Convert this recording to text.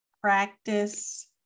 practice